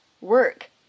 work